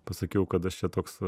pasakiau kad aš čia toks